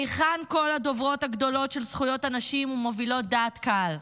היכן כל הדוברות הגדולות של זכויות הנשים ומובילות דעת הקהל?